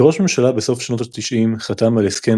כראש ממשלה בסוף שנות התשעים חתם על הסכם